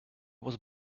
was